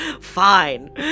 fine